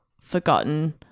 forgotten